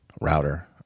router